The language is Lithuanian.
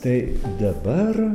tai dabar